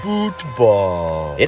Football